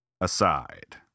Aside